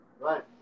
Right